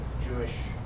Jewish